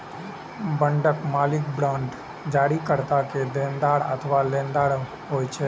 बांडक मालिक बांड जारीकर्ता के देनदार अथवा लेनदार होइ छै